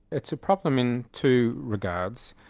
it's a problem in two regards.